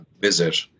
visit